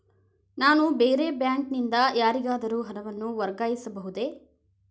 ನಾನು ಬೇರೆ ಬ್ಯಾಂಕ್ ನಿಂದ ಯಾರಿಗಾದರೂ ಹಣವನ್ನು ವರ್ಗಾಯಿಸಬಹುದೇ?